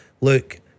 look